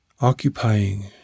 Occupying